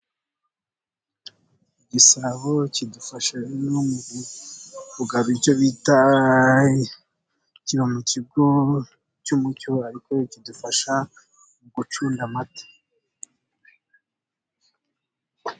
Igisabo kidufasha no mu kugaba icyo bita ..... Kiba mu kigo cy'umuco, ariko kidufasha mu gucunda amata.